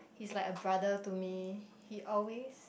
he's like a brother to me he always